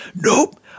nope